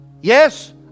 Yes